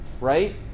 right